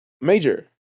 Major